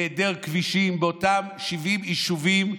היעדר כבישים באותם 70 יישובים,